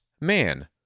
man